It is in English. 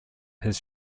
his